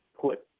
put